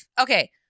Okay